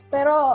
Pero